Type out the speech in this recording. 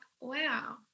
wow